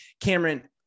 Cameron